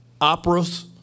Operas